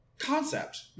Concept